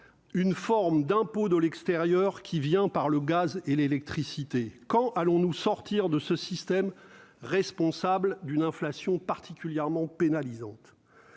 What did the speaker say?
une forme d'impôts de l'extérieur qui vient par le gaz et l'électricité quand allons-nous sortir de ce système, responsable d'une inflation particulièrement pénalisante,